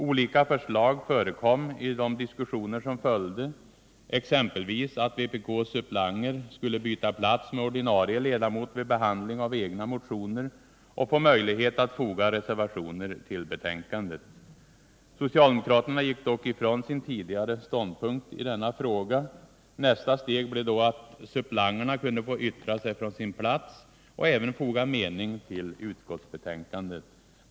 Olika förslag förekom i de diskussioner som följde, exempelvis att vpk:s suppleanter skulle byta plats med ordinarie ledamot vid behandling av egna motioner och få möjlighet att foga reservationer vid betänkandet. Socialdemokraterna gick dock ifrån sin tidigare ståndpunkt i denna fråga. Nästa steg blev då att suppleanterna kunde få yttra sig från sin plats och även foga mening till utskottsbetänkandet.